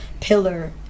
pillar